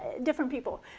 different people.